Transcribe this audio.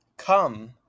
...come